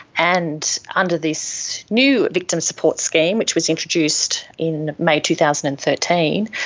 and under this new victim support scheme which was introduced in may two thousand and thirteen,